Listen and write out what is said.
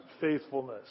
faithfulness